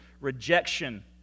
rejection